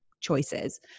choices